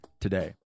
today